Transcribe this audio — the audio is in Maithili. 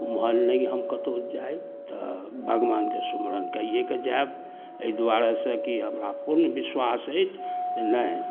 ओम्हर नहि हम कतहु जाइ तऽ भगवानके सुमिरन कैएकऽ जाएब एहि दुआरेसँ कि हमरा पूर्ण विश्वास अछि जे नहि